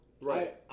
right